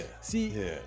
see